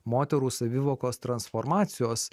moterų savivokos transformacijos